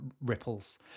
ripples